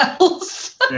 else